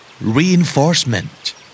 Reinforcement